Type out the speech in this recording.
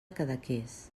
cadaqués